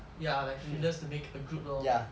ya like fillers to make a group lor